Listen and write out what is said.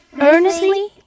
Earnestly